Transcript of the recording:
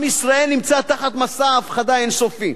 עם ישראל נמצא תחת מסע הפחדה אין-סופי,